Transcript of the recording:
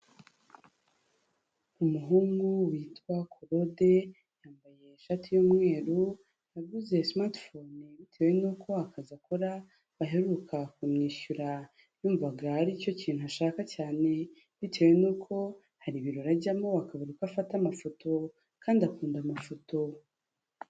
Umuhungu witwa claude yambaye ishati y'umweru yaguze smartphone bitewe n'uko akazi akora baheruka kumwishyura yumvaga aricyo kintu ashaka cyane bitewe nuko hari ibirori ajyamo akabura uko afata amafoto kandi akunda amafoto.